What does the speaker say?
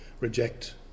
reject